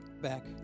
back